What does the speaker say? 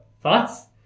thoughts